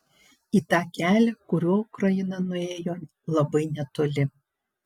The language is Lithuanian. į tą kelią kuriuo ukraina nuėjo labai netoli